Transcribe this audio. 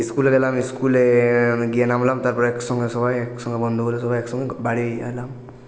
স্কুলে গেলাম স্কুলে গিয়ে নামলাম তারপর একসঙ্গে সবাই একসঙ্গে বন্ধুগুলো সবাই একসঙ্গে বাড়ি এলাম